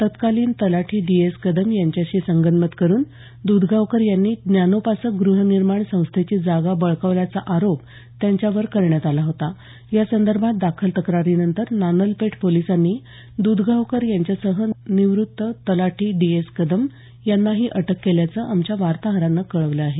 तत्कालीन तलाठी D S Kadam यांच्याशी संगनमत करून दधगावकर यांनी ज्ञानोपासक गृहनिर्माण संस्थेची जागा बळकावल्याचा आरोप त्यांच्यावर करण्यात आला होता यासंदर्भात दाखल तक्रारीनंतर नानलपेठ पोलिसांनी द्धगावकर यांच्यासह निवृत्त तलाठी डी एस कदम यानाही अटक केल्याचं आमच्या वार्ताहरानं कळवलं आहे